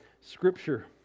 Scripture